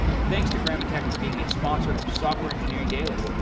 thanks to gammatech for being a sponsor of software engineering daily.